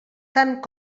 tant